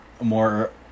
more